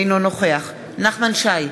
אינו נוכח נחמן שי,